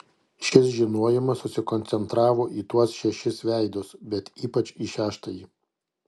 šis žinojimas susikoncentravo į tuos šešis veidus bet ypač į šeštąjį